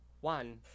one